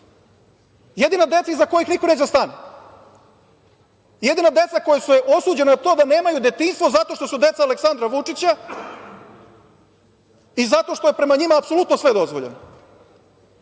jedina deca iza kojih niko neće da stane, jedina deca koja su osuđena na to da nemaju detinjstvo zato što su deca Aleksandra Vučića i zato što je prema njima apsolutno sve dozvoljeno. Kada